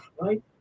Right